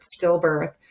stillbirth